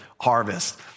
harvest